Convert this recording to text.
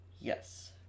Yes